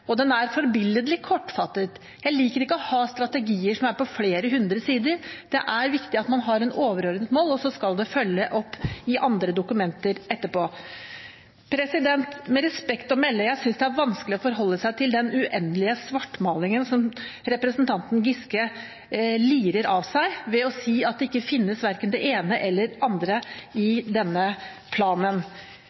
konkret. Den er også forbilledlig kortfattet. Jeg liker ikke å ha strategier som er på flere hundre sider. Det er viktig at man har et overordnet mål, og så skal det følges opp i andre dokumenter etterpå. Med respekt å melde: Jeg synes det er vanskelig å forholde seg til den uendelige svartmalingen som representanten Giske lirer av seg ved å si at verken det ene eller det andre finnes i denne planen.